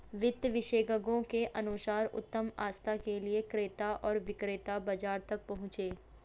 वित्त विशेषज्ञों के अनुसार उत्तम आस्था के लिए क्रेता और विक्रेता बाजार तक पहुंचे